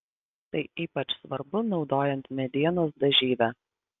tai ypač svarbu naudojant medienos dažyvę